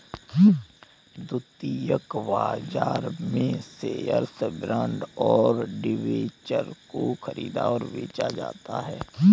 द्वितीयक बाजार में शेअर्स, बॉन्ड और डिबेंचर को ख़रीदा और बेचा जाता है